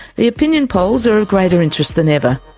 the opinion polls are of greater interest than ever.